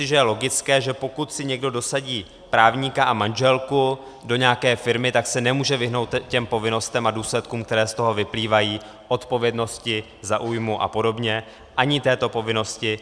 Myslím si, že je logické, že pokud si někdo dosadí právníka a manželku do nějaké firmy, tak se nemůže vyhnout těm povinnostem a důsledkům, které z toho vyplývají, odpovědnosti za újmu apod., ani této povinnosti.